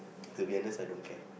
to be honest I don't care